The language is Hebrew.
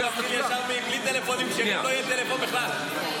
--- בלי טלפונים כשרים, לא יהיה טלפון בכלל.